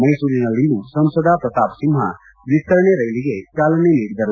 ಮೈಸೂರಿನಲ್ಲಿಂದು ಸಂಸದ ಪ್ರತಾಪ್ ಸಿಂಹ ವಿಸ್ತರಣೆ ರೈಲಿಗೆ ಚಾಲನೆ ನೀಡಿದರು